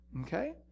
Okay